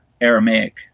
Aramaic